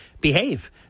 behave